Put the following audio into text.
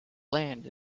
land